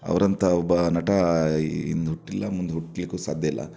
ಅವರಂತ ಒಬ್ಬ ನಟ ಹಿಂದ್ ಹುಟ್ಟಿಲ್ಲ ಮುಂದೆ ಹುಟ್ಟಲಿಕ್ಕು ಸಾಧ್ಯಯಿಲ್ಲ